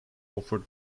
offered